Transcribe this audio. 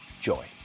joy